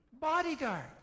bodyguards